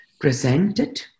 presented